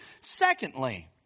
Secondly